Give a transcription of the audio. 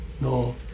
No